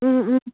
ꯎꯝ ꯎꯝ